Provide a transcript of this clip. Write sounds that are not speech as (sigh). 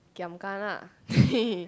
giam gana (laughs)